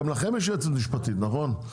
גם לכם יש יועצת משפטית, נכון?